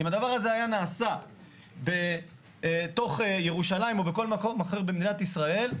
אם הדבר הזה היה נעשה בתוך ירושלים או בכל מקום אחר במדינת ישראל,